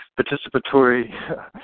participatory